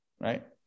right